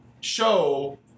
show